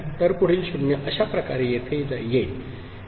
तर पुढील 0 अशा प्रकारे येथे येईल